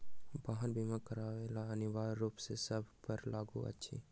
वाहन बीमा करायब अनिवार्य रूप सॅ सभ पर लागू अछि